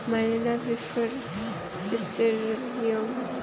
मानोना बेफोर बिसोरनियाव